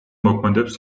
მოქმედებს